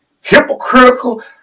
hypocritical